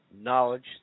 knowledge